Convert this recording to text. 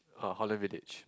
uh Holland-Village